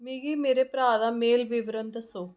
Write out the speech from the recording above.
मिगी मेरे भ्राऽ दा मेल विवरण दस्सो